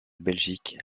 belgique